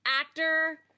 actor